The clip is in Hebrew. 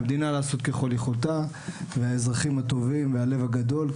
המדינה לעשות ככול יכולתה והאזרחים הטובים והלב הגדול,